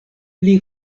pli